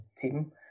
team